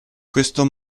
questo